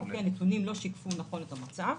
הנתונים של המדדים לא שיקפו נכון את המצב.